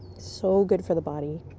so good for the body.